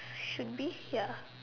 should be ya